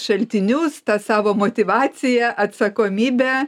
šaltinius tą savo motyvaciją atsakomybę